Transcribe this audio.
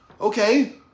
okay